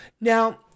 now